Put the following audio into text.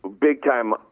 big-time